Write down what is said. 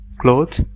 clothes